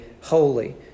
holy